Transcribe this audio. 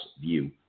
view